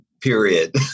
period